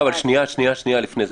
לפני זה.